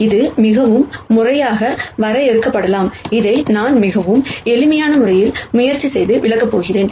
இது மிகவும் முறையாக வரையறுக்கப்படலாம் இதை நான் மிகவும் எளிமையான முறையில் முயற்சி செய்து விளக்கப் போகிறேன்